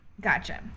gotcha